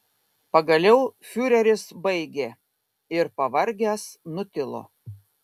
pagaliau fiureris baigė ir pavargęs nutilo